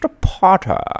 Potter